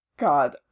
God